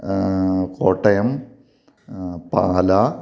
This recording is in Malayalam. കോട്ടയം പാല